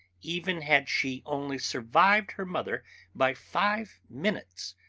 even had she only survived her mother by five minutes,